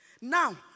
Now